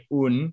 un